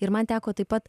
ir man teko taip pat